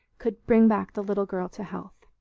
could bring back the little girl to health.